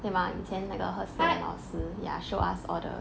对吗以前那个 he xian 老师 ya show us all the